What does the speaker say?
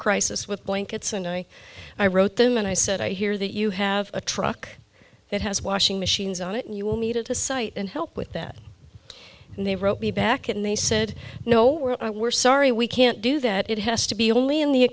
crisis with blankets and i i wrote them and i said i hear that you have a truck that has washing machines on it you will need it to cite and help with that and they wrote me back and they said no we're sorry we can't do that it has to be only in the